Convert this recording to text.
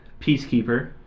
Peacekeeper